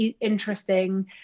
interesting